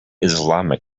islamic